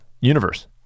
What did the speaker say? universe